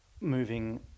moving